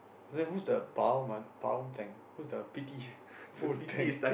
whose the power man power tank whose the p_t full tank